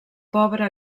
pobra